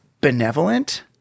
benevolent